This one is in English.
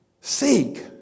seek